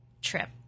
trip